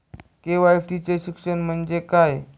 KYC चे शिक्षण म्हणजे काय?